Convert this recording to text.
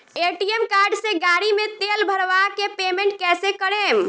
ATM card से गाड़ी मे तेल भरवा के पेमेंट कैसे करेम?